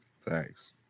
Thanks